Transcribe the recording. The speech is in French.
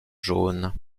jaunes